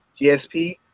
GSP